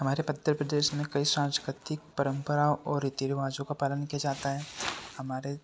हमारे मध्य प्रदेश में कई सांस्कृतिक परम्पराओं और रीति रिवाजों का पालन किया जाता है हमारे